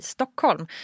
Stockholm